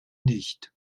nicht